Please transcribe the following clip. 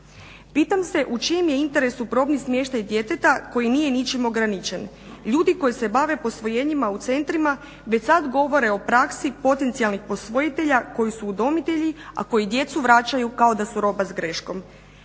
Pitam se u čijem je interesu probni smještaj djeteta koji nije ničim ograničen? Ljudi koji se bave posvojenjima u centrima već sada govore o praksi potencijalnih posvojitelja koji su udomitelji, a koji djecu vraćaju kao da su roba s greškom.